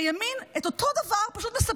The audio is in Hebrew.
הימין, מספרים לו את אותו דבר פשוט: